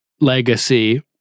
legacy